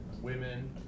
Women